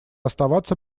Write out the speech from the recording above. оставаться